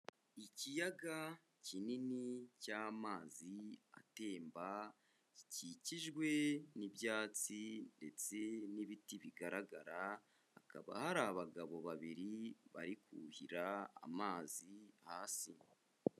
Ikiyaga kinini cy'amazi atemba gikikijwe n'ibyatsi ndetse n'ibiti bigaragara, hakaba hari abagabo babiri bari kuhira amazi hasi.